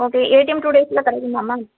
okay ATM two டேஸில் கிடைக்குமா ma'am